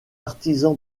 artisans